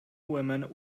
women